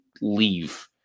leave